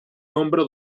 nombre